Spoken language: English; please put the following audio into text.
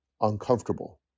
uncomfortable